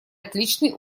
отличный